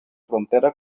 frontera